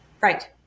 right